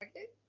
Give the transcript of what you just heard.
Okay